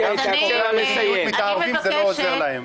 --- זה לא עוזר להם.